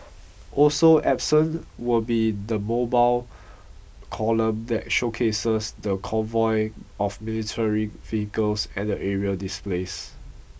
also absent will be the mobile column that showcases the convoy of military vehicles and the aerial displays